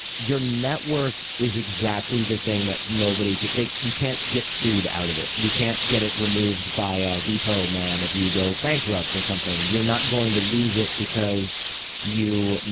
your network is exactly the thing that nobody can. you can't get sued out of it. you can't get it removed by a repo man if you go bankrupt or something. you're not going to lose it because you.